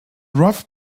rough